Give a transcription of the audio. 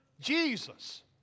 Jesus